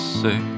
say